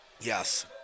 Yes